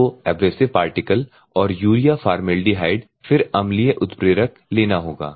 आपको abrasive particle और urea formaldehyde फिर अम्लीय उत्प्रेरक लेना होगा